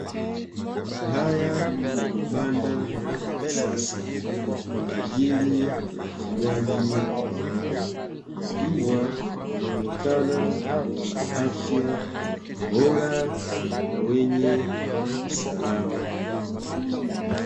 Haya ni mabanda ya kisasa kwa ajili ya ufugaji wa mbwa, mbwa wanaonekana ni wenye afya bora na wenye usalama.